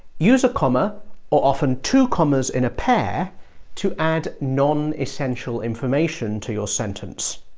use a comma or often two commas, in a pair to add non-essential information to your sentence.